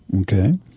Okay